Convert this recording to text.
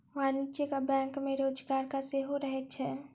वाणिज्यिक बैंक मे रोजगारक अवसर सेहो रहैत छै